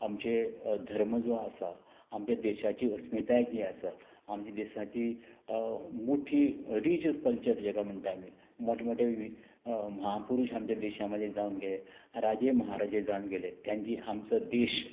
आमचे धर्म जो आसा आमच्या देशाची अस्मिताय जी आसा आमची देसाची मुठ्ठी रीच कल्चर जेका म्हणटा आमी मोठ मोठे वि म्हापुरूश आमचे देशा मदे जावन गे राजे म्हाराजे जावन गेले त्यांची आमचो देश